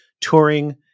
touring